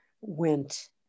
went